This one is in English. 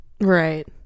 right